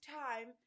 time